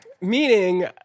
meaning